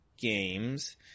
games